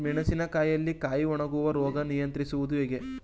ಮೆಣಸಿನ ಕಾಯಿಯಲ್ಲಿ ಕಾಯಿ ಒಣಗುವ ರೋಗ ನಿಯಂತ್ರಿಸುವುದು ಹೇಗೆ?